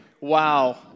Wow